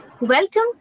Welcome